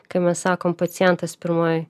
kai mes sakom pacientas pirmojoj